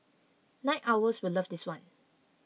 night owls will love this one